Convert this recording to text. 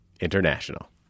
International